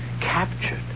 captured